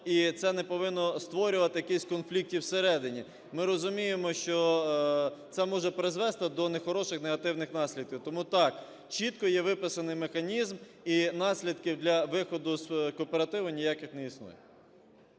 і це не повинно створювати якихось конфліктів всередині. Ми розуміємо, що це може призвести до нехороших, негативних наслідків. Тому так, чітко є виписаний механізм, і наслідків для виходу з кооперативу ніяких не існує.